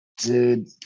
dude